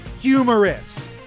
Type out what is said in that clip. humorous